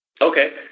Okay